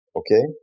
okay